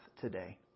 today